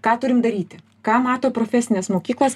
ką turim daryti ką mato profesinės mokyklos